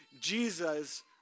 Jesus